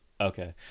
okay